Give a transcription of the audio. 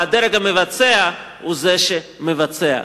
והדרג המבצע הוא זה שמבצע.